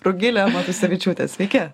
rugilė matusevičiūtė sveiki